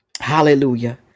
hallelujah